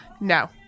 no